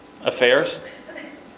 affairs